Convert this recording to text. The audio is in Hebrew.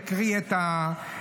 אני אקרא את החוק,